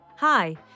Hi